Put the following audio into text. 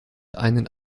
einen